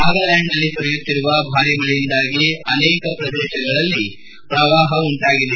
ನಾಗಾಲ್ನಾಂಡ್ನಲ್ಲಿ ಸುರಿಯುತ್ತಿರುವ ಭಾರಿ ಮಳೆಯಿಂದಾಗಿ ಅನೇಕ ಪ್ರದೇಶಗಳಲ್ಲಿ ಪ್ರವಾಹ ಉಂಟಾಗಿದೆ